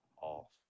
off